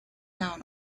town